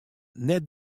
net